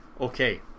Okay